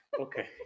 Okay